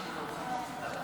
בקריאה